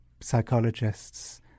psychologists